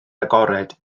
agored